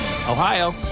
Ohio